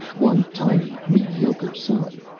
one tiny mediocre sun,